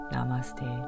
Namaste